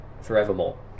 forevermore